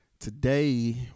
Today